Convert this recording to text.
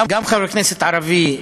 גם חבר כנסת ערבי,